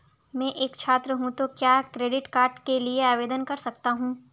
मैं एक छात्र हूँ तो क्या क्रेडिट कार्ड के लिए आवेदन कर सकता हूँ?